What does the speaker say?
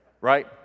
right